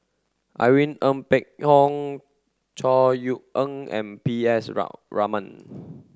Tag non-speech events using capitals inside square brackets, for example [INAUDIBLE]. Irene Ng Phek Hoong Chor Yeok Eng and P S [UNINTELLIGIBLE] Raman [NOISE]